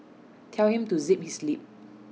tell him to zip his lip